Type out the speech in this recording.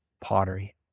pottery